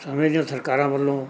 ਸਮੇਂ ਦੀਆਂ ਸਰਕਾਰਾਂ ਵੱਲੋਂ